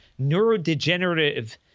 neurodegenerative